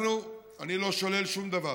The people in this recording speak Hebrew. אני לא שולל שום דבר,